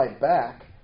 back